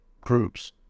groups